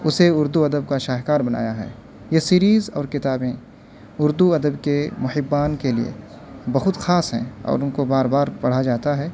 اسے اردو ادب کا شاہکار بنایا ہے یہ سیریز اور کتابیں اردو ادب کے محبان کے لیے بہت خاص ہیں اور ان کو بار بار پڑھا جاتا ہے